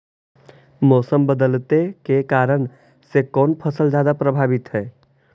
मोसम बदलते के कारन से कोन फसल ज्यादा प्रभाबीत हय?